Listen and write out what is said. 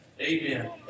amen